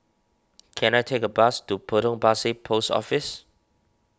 can I take a bus to Potong Pasir Post Office